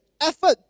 effort